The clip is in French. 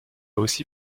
aussi